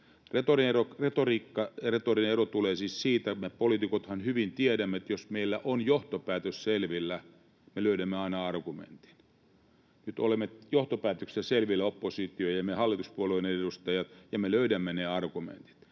retorinen ero, tulee siis siitä, että me poliitikothan hyvin tiedämme, että jos meillä on johtopäätös selvillä, me löydämme aina argumentin. Nyt olemme johtopäätöksistä selvillä, oppositio ja me hallituspuolueiden edustajat, ja me löydämme ne argumentit.